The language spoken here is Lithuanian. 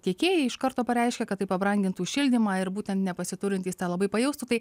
tiekėjai iš karto pareiškė kad tai pabrangintų šildymą ir būtent nepasiturintys tą labai pajaustų tai